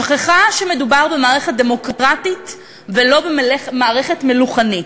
שכחה שמדובר במערכת דמוקרטית ולא במערכת מלוכנית,